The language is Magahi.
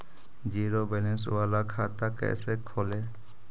जीरो बैलेंस बाला खाता कैसे खोले?